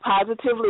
Positively